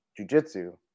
jujitsu